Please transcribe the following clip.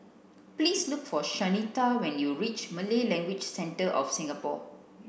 please look for Shanita when you reach Malay Language Centre of Singapore